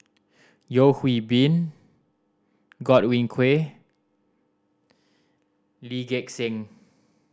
Yeo Hwee Bin Godwin Koay Lee Gek Seng